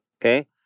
Okay